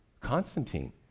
Constantine